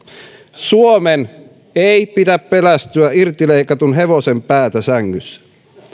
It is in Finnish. suomen ei pidä pelästyä irti leikattua hevosen päätä sängyssä